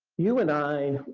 you and i,